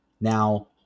Now